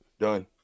Done